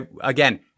again